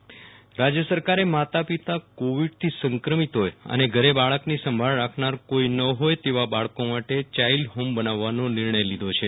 બાળક આરોગ્ય સંભાળ રાજ્ય સરકારે માતા પિતા કોવિડ થી સંક્રમિત હોય અને ઘરે બાળકની સંભાળ રાખનાર કોઈ ન હોય તેવા બાળકો માટે યાઈલ્ડ હોમ બનાવવાનો નિર્ણય લીધો છે